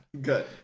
Good